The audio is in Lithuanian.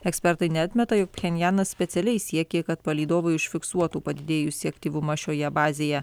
ekspertai neatmeta jog pchenjanas specialiai siekė kad palydovai užfiksuotų padidėjusį aktyvumą šioje bazėje